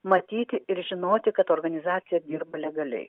matyti ir žinoti kad organizacija dirba legaliai